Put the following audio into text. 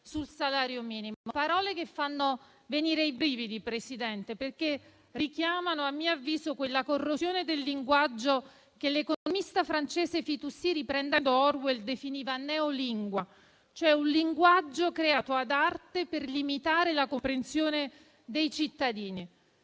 sul salario minimo: sono parole che fanno venire i brividi, signor Presidente, perché richiamano, a mio avviso, quella corrosione del linguaggio che l'economista francese Fitoussi, riprendendo Orwell, definiva neolingua, cioè un linguaggio creato ad arte per limitare la comprensione dei cittadini.